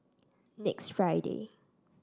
next Friday